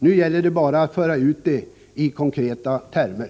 Nu gäller det bara att föra ut dem i konkreta termer.